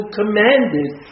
commanded